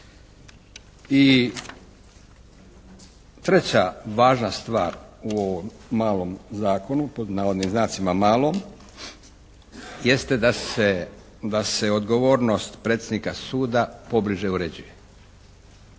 I treća važna stvar u ovom "malom" zakonu jeste da se odgovornost predsjednika suda pobliže uređuje.